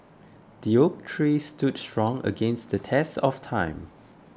the oak tree stood strong against the test of time